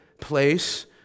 place